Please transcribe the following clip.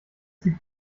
gibt